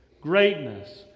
greatness